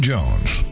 Jones